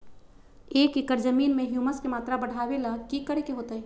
एक एकड़ जमीन में ह्यूमस के मात्रा बढ़ावे ला की करे के होतई?